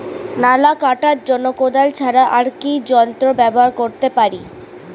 নালা কাটার জন্য কোদাল ছাড়া আর কি যন্ত্র ব্যবহার করতে পারি?